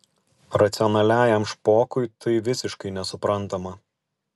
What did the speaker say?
racionaliajam špokui tai visiškai nesuprantama